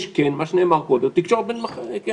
מה שכן נאמר, יש תקשורת בין מחשבים.